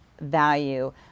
value